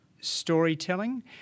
storytelling